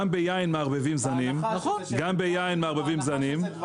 גם ביין מערבבים זנים, זה דבר